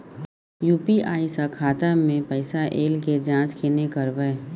UPI स खाता मे पैसा ऐल के जाँच केने करबै?